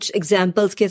examples